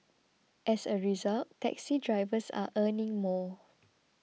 as a result taxi drivers are earning more